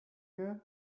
here